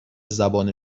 زبان